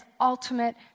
ultimate